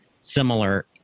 similar